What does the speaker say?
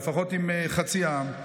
לפחות אצל חצי העם.